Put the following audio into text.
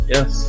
Yes